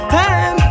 time